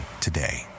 today